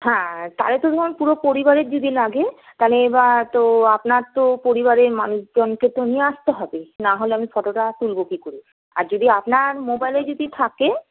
হ্যাঁ তাহলে পুরো পরিবারের যদি লাগে তালে এবার তো আপনার তো পরিবারের মানুষজনকে নিয়ে আসতে হবে না হলে আমি ফটোটা তুলবো কি করে আর যদি আপনার মোবাইলে যদি থাকে